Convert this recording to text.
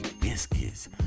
biscuits